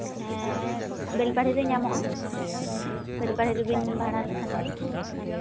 ᱦᱮᱸ ᱵᱮᱞᱯᱟᱦᱟᱲᱤ ᱨᱮ ᱧᱟᱢᱚᱜᱼᱟ ᱵᱮᱞᱯᱟᱦᱟᱲᱤ ᱨᱮᱵᱤᱱ ᱵᱷᱟᱲᱟ ᱞᱮᱠᱷᱟᱱ ᱜᱮ